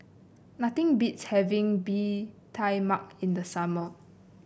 nothing beats having Bee Tai Mak in the summer